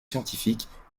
scientifiques